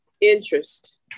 Interest